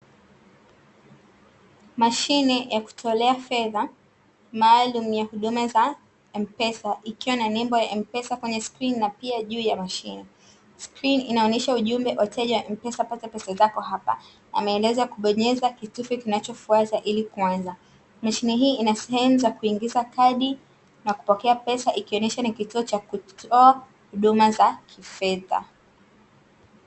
Mashine ya kutolea fedha maalumu ya huduma za M-pesa ikiwa na nembo ya "M-pesa" kwenye skrini na pia juu ya mashine. Skrini inaonyesha ujumbe kwa wateja wa "M-pesa" pata pesa zako hapa, na maelezo ya kubonyeza kitufe kinachofuata ili kuanza. Mashine hii ina sehemu za kuingiza kadi, na kupokea pesa ikionyesha ni kituo cha kutoa huduma za kifedha.